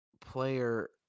player